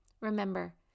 Remember